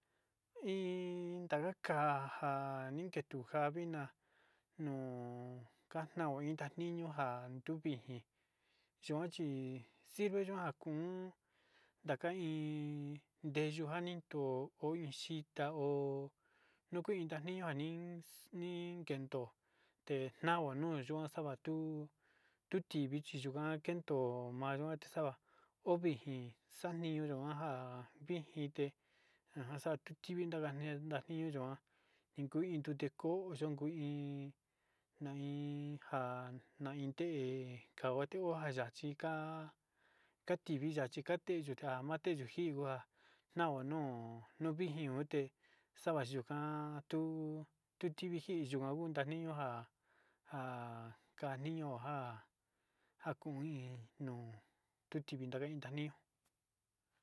In ntaka kaa ja ninketu ja ja vitna ku ni in katnno in ntaniñu ja ntuviji yuka chi kanu ntaka in ve`e arre nuntoo in xita in teyuu in toli yuka ku ntivi sava tu tivi.